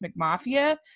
McMafia